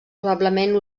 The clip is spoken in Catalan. probablement